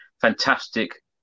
fantastic